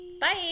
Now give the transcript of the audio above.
bye